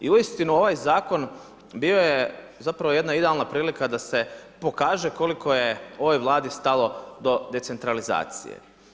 I uistinu ovaj zakon bio je zapravo jedna idealna prilika da se pokaže koliko je ovoj Vladi stalo do decentralizacije.